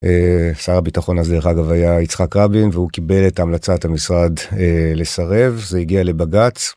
שר הביטחון הזה דרך אגב היה יצחק רבין והוא קיבל את המלצת המשרד לסרב, זה הגיע לבג"ץ.